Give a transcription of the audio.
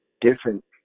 different